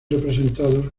representados